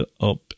up